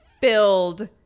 filled